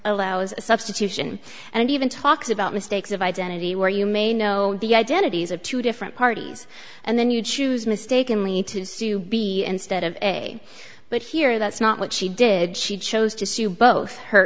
allows a substitution and even talks about mistakes of identity where you may know the identities of two different parties and then you choose mistakenly to subi instead of but here that's not what she did she chose to sue both her